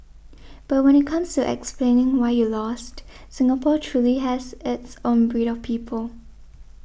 but when it comes to explaining why you lost Singapore truly has its own breed of people